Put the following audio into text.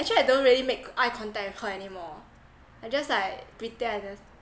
actually I don't really make eye contact with her anymore I just like pretend I didn't